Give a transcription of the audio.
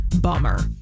bummer